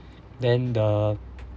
then the